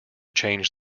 change